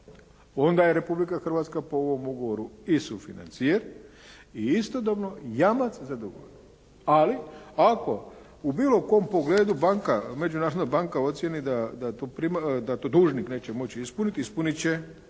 onda je Republika Hrvatska po ovom ugovoru i sufinancijer i istodobno jamac za dugove. Ali ako u bilo kom pogledu Međunarodna banka ocijeni da je to dužnik neće moći ispuniti, ispuniti će